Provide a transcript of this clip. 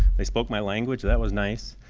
they spoke my language that was nice.